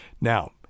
Now